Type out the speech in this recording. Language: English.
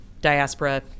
diaspora